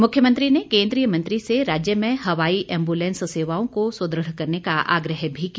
मुख्यमंत्री ने केन्द्रीय मंत्री से राज्य में हवाई एम्बुलैंस सेवाओं को सुदृढ़ करने का आग्रह भी किया